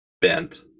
bent